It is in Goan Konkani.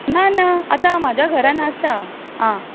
ना ना आतां म्हज्या घरान आसा आ